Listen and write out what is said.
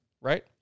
right